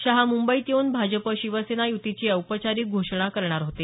शहा मुंबईत येऊन भाजप शिवसेना युतीची औपचारिक घोषणा करणार होते